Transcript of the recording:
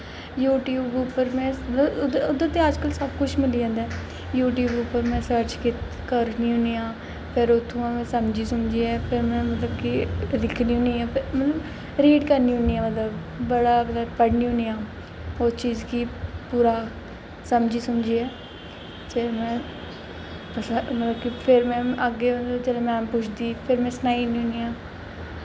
YouTube पर में अजकल्ल ते ओह्दे पर सब कुछ मिली जंदा यूटयूब पर में सर्च करनी होन्नी आं फिर में उत्थुआं दा समझी सुमझियै मतलब कि लिखनी होन्नी ऐं रीड करनी होन्नी ऐं बड़ा पढ़नी होन्नी आं उस चीज गी समझी सुमझियै फिर में फिर अग्गें में जिसलै पुज्जदी फिर में सनाई ओड़नी होन्नी आं